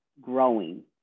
growing